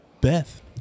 beth